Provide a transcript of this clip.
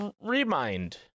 Remind